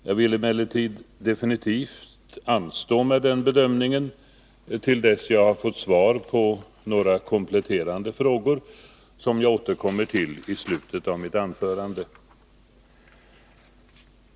Jag vill emellertid anstå med en definitiv bedömning i det avseendet till dess jag har fått svar på några kompletterande frågor, som jag återkommer till i slutet av mitt anförande.